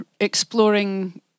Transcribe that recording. exploring